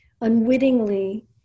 unwittingly